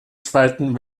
zweiten